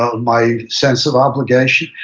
ah my sense of obligation,